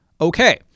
Okay